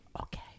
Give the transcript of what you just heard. Okay